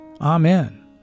Amen